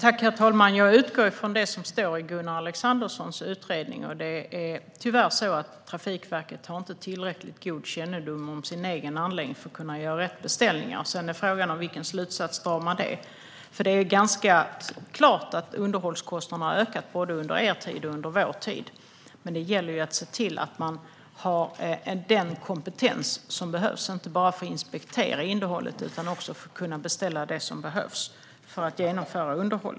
Herr talman! Jag utgår från det som står i Gunnar Alexanderssons utredning. Trafikverket har inte tillräckligt god kännedom om sin egen anläggning för att kunna göra rätt beställningar. Sedan är frågan vilken slutsats man drar av det. Det står klart att underhållskostnaderna har ökat både under er och vår tid, Robert Halef, men det gäller att se till att man har den kompetens som behövs, inte bara för att kunna inspektera underhållet utan också beställa det som behövs för att genomföra det.